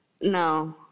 No